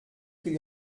qu’il